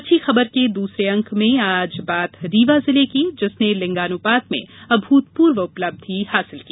अच्छी खबर के दूसरे अंक में बात रीवा जिले की जिसने लिंगानुपात में अभूतपूर्व उपलब्धि हासिल की